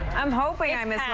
i'm hoping i'm it.